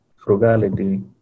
Frugality